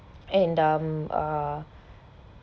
and um uh